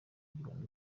uyibona